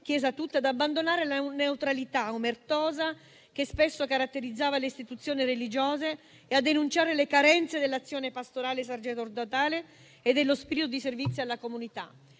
Chiesa tutta ad abbandonare la neutralità omertosa che spesso caratterizzava le istituzioni religiose e a denunciare le carenze dell'azione pastorale e sacerdotale e dello spirito di servizio alla comunità.